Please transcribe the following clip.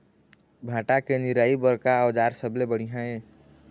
भांटा के निराई बर का औजार सबले बढ़िया ये?